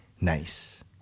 nice